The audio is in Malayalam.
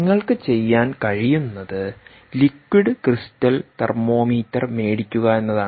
നിങ്ങൾക്ക് ചെയ്യാൻ കഴിയുന്നത് ലിക്വിഡ് ക്രിസ്റ്റൽ തെർമോമീറ്റർ മേടിക്കുക എന്നതാണ്